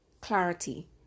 clarity